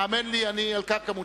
האמן לי, אני על קרקע מוצקה.